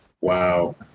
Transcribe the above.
Wow